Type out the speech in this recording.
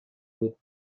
بود